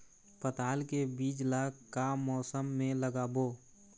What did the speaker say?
पताल के बीज ला का मौसम मे लगाबो?